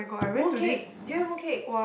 mooncake durian mooncake